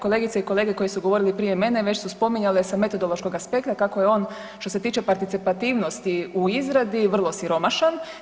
Kolegice i kolege koji su govorili prije mene već su spominjale sa metodološkog aspekta kako je on što se tiče participativnosti u izradi vrlo siromašan.